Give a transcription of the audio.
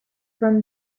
from